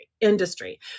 industry